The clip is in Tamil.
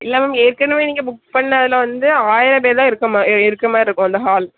இல்லை மேம் ஏற்கனவே நீங்கள் புக் பண்ணதில் வந்து ஆயிரம் பேர்தான் இருக்குமா இருக்கிறமாரி இருக்கும் அந்த ஹால்